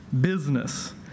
business